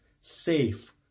safe